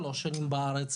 שלוש שנים בארץ,